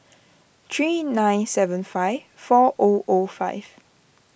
three nine seven five four O O five